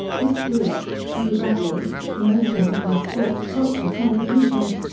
this group, through raffles, promotions and sports culture contributions,